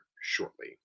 shortly